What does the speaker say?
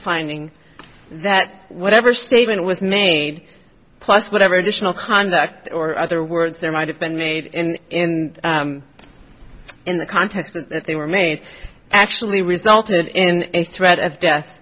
finding that whatever statement was made plus whatever additional conduct or other words there might have been made in in the context they were made actually resulted in a threat of death